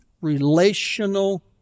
Relational